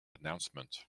announcement